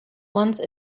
once